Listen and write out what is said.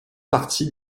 partie